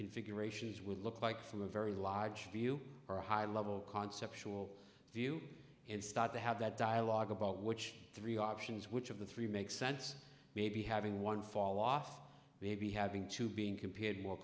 configurations would look like from a very large view or high level concepts will view and start to have that dialogue about which three options which of the three make sense maybe having one fall off maybe having two being compared more